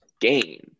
gain